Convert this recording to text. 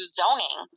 zoning